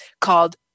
called